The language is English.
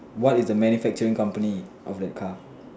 what is the manufacturing company of that car